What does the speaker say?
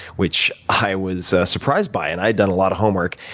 which i was surprised by, and i had done a lot of homework.